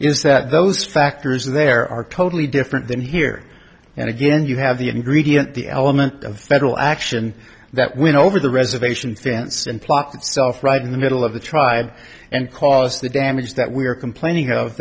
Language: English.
is that those factors there are totally different than here and again you have the ingredient the element of federal action that went over the reservation fence and plopped itself right in the middle of the tribe and caused the damage that we're complaining